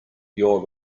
your